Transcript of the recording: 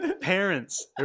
parents